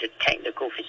technical